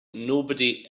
nobody